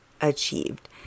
achieved